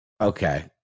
okay